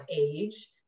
age